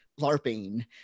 LARPing